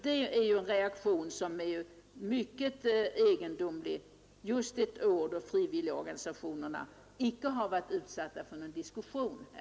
Det är en reaktion som inte borde uppstå ett år då det inte finns delade meningar om frivilligorganisationerna.